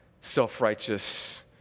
self-righteous